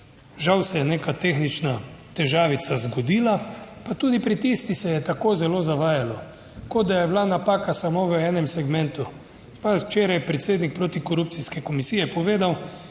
Žal se je neka tehnična težavica zgodila, pa tudi pri tistih se je tako zelo zavajalo, kot da je bila napaka samo v enem segmentu. Pa včeraj je predsednik protikorupcijske komisije povedal,